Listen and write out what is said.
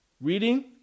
reading